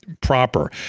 Proper